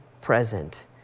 present